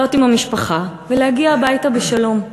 לבלות עם המשפחה ולהגיע הביתה בשלום.